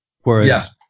Whereas